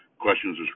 questions